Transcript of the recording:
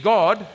God